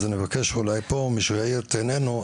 אז אני מבקש אולי פה מישהו יאיר את עינינו,